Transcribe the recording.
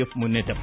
F മുന്നേറ്റം